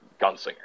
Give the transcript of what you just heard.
gunslinger